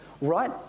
Right